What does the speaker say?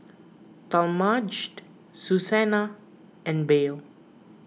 Talmadge Susanna and Belle